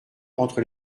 entre